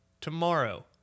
tomorrow